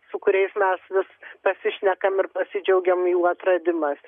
su kuriais mes vis pasišnekam ir pasidžiaugiam jų atradimais